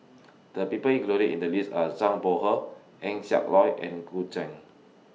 The People included in The list Are Zhang Bohe Eng Siak Loy and Gu Juan